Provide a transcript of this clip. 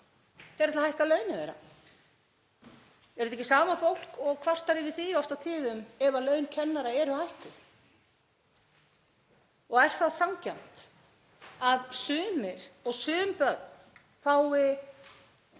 Þau ætla að hækka launin þeirra. Er þetta ekki sama fólk og kvartar yfir því oft á tíðum ef laun kennara eru hækkuð? Og er það sanngjarnt að sumir og sum börn fái